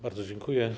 Bardzo dziękuję.